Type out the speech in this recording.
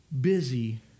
busy